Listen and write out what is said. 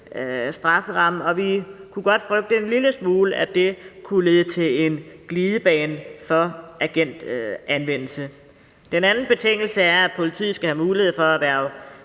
strafferamme, og vi kunne godt frygte en lille smule, at det kunne lede til en glidebane for agentanvendelse. Den anden betingelse er, at politiet skal have mulighed for at